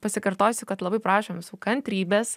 pasikartosiu kad labai prašom visų kantrybės